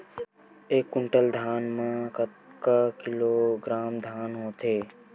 एक कुंटल धान में कतका किलोग्राम धान होथे?